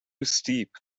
steep